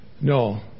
no